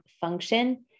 function